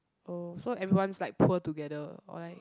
oh so everyone is like poor together or like